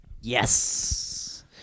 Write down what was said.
Yes